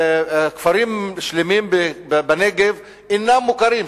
כפרים שלמים בנגב אינם מוכרים,